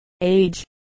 age